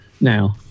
now